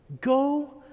Go